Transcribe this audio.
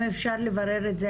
אם אפשר לברר את זה,